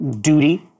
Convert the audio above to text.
duty